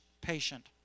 patient